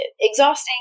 exhausting